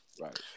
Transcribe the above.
Right